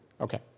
Okay